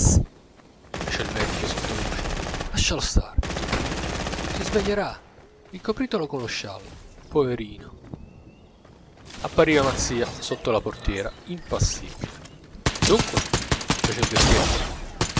fece il vecchio sottovoce lascialo stare tu si sveglierà ricopritelo con lo sciallo poverino appariva mazzia sotto la portiera impassibile dunque fece il vecchietto